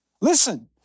Listen